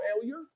failure